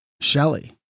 Shelley